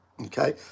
okay